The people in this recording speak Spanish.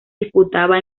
disputaba